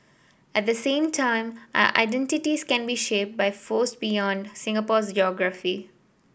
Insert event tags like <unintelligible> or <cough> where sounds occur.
at the same time our identities can be shaped by force beyond Singapore's <unintelligible>